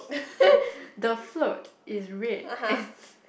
the float is red and